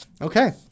Okay